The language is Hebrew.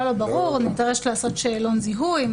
לא, ברור, נדרש לעשות שאלון זיהוי.